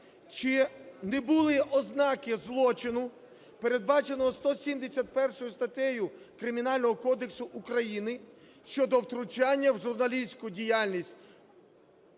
чи не були ознаки злочину, передбаченого 171 статтею Кримінального кодексу України, щодо втручання в журналістську діяльність